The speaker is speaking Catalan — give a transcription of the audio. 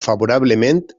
favorablement